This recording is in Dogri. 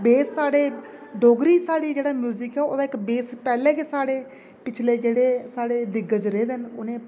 बेस साढ़े डोगरी साढ़ी जेह्ड़े म्यूजिक ऐ ओह्दे इक बेस पैह्ले गै साढ़े पिछले जेह्ड़े साढ़े दिग्गज रेह् दे न उ'नें